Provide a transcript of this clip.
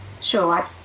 Sure